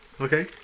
Okay